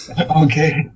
Okay